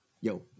Yo